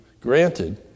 granted